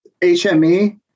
HME